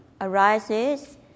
arises